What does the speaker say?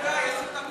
אורן, די, שמענו.